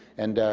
and,